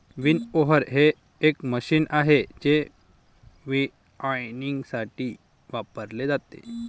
winnower हे एक machine आहे जे विनॉयइंगसाठी वापरले जाते